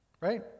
Right